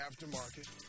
aftermarket